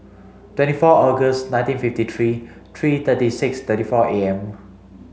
twenty four August nineteen fifty three three thirty six thirty four A M